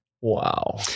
Wow